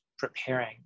preparing